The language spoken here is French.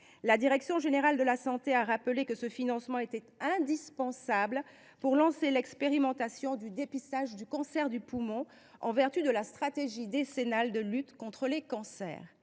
La direction générale de la santé (DGS) a en effet rappelé que ce financement était indispensable pour lancer l’expérimentation du dépistage du cancer du poumon, comme le prévoit la stratégie décennale de lutte contre les cancers